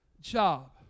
job